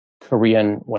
Korean